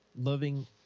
loving